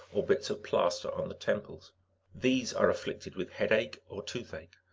or bits of plaster on the temples these are afflicted with headache or toothache,